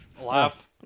Laugh